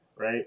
right